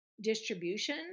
distribution